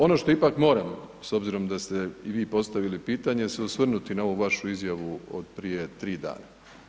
Ono što ipak moram, s obzirom da ste i vi postavili pitanje, se osvrnuti na ovu vašu izjavu od prije 3 dana.